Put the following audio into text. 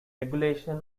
regulation